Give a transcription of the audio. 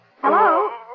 Hello